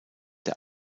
der